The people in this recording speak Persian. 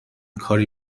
کاری